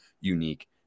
unique